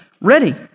Ready